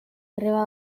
greba